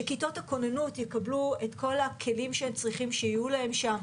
שכיתות הכוננות יקבלו את כל הכלים שהן צריכות שיהיו להן שם.